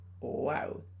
Wow